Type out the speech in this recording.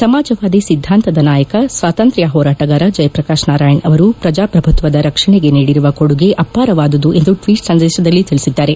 ಸಮಾಜವಾದಿ ಸಿದ್ದಾಂತದ ನಾಯಕಸ್ವಾತಂತ್ರ್ಯ ಹೋರಾಟಗಾರ ಜಯಪ್ರಕಾಶ್ ನಾರಾಯಣ್ ಅವರು ಪ್ರಜಾಪ್ರಭುತ್ವದ ರಕ್ಷಣೆಗೆ ನೀಡಿರುವ ಕೊಡುಗೆ ಅಪಾರವಾದುದು ಎಂದು ಟ್ವೀಟ್ ಸಂದೇಶದಲ್ಲಿ ತಿಳಿಸಿದ್ದಾರೆ